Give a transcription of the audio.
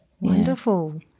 wonderful